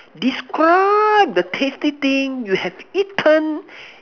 describe the tasty thing you have eaten